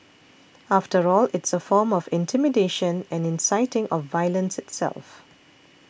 after all it's a form of intimidation and inciting of violence itself